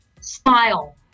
Smile